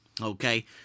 Okay